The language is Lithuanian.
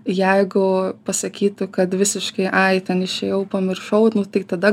jeigu pasakytų kad visiškai ai ten išėjau pamiršau nu tai tada